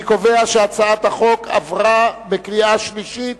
אני קובע שהצעת החוק עברה בקריאה שלישית